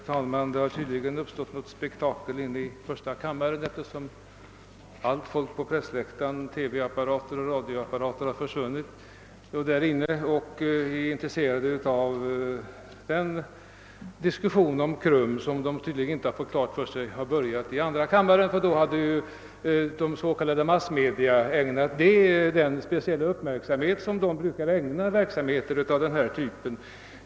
Herr talman! Det har tydligen inträffat något alldeles speciellt i första kammaren, eftersom alla på pressläktaren och allt TV och radiofolk som borde vara intresserade av denna diskussion om KRUM har försvunnit. Vederbörande har tydligen inte fått klart för sig att denna debatt har börjat här i andra kammaren; i annat fall hade helt säkert våra s.k. massmedia ägnat debatten den uppmärksamhet som brukar komma verksamheter av denna typ till del.